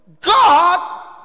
God